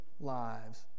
lives